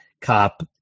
cop